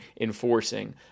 enforcing